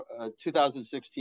2016